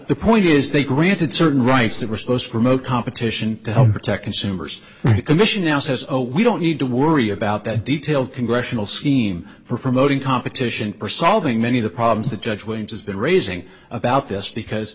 point is they granted certain rights that were supposed to promote competition to help protect consumers the commission now says oh we don't need to worry about that detail congressional scheme for promoting competition purcel being many of the problems that judge williams has been raising about this because